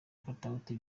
katauti